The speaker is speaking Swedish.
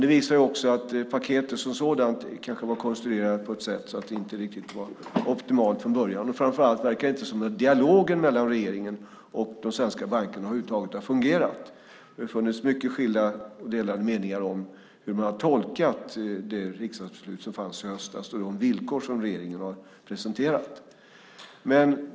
Det visar också att paketet som sådant kanske var konstruerat på ett sätt som inte var riktigt optimalt från början. Framför allt verkar det inte som om dialogen mellan regeringen och de svenska bankerna har fungerat över huvud taget. Det har varit många delade meningar om hur man har tolkat det riksdagsbeslut som fattades i höstas och de villkor som regeringen har presenterat.